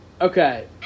Okay